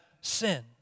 sin